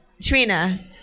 Trina